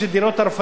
כאמור,